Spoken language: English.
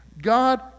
God